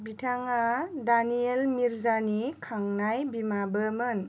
बिथाङा डानियेल मिर्जानि खांनाय बिमाबो मोन